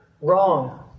wrong